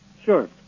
Sure